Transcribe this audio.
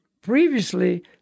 previously